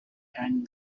and